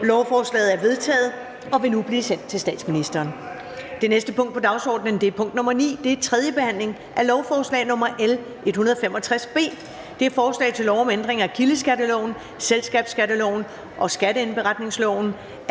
Lovforslaget er vedtaget og vil nu blive sendt til statsministeren. --- Det næste punkt på dagsordenen er: 9) 3. behandling af lovforslag nr. L 165 B: Forslag til lov om ændring af kildeskatteloven, selskabsskatteloven og skatteindberetningsloven.